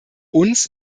uns